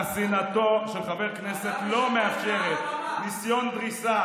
חסינותו של חבר כנסת לא מאפשרת ניסיון דריסה